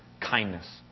kindness